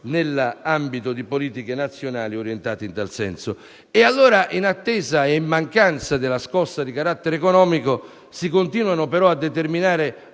nell'ambito di politiche nazionali orientate in tal senso. In attesa ed in mancanza della scossa di carattere economico si continuano però a determinare